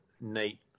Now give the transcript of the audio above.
neat